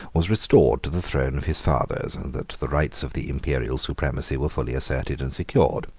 was restored to the throne of his fathers, and that the rights of the imperial supremacy were fully asserted and secured.